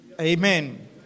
Amen